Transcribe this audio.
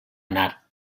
anar